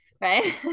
right